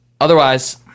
otherwise